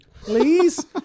Please